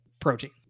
protein